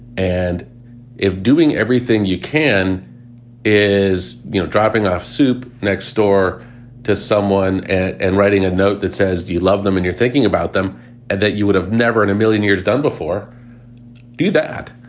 and if doing everything you can is you know dropping off soup next door to someone and writing a note that says, do you love them and you're thinking about them and that you would have never in a million years done before do that.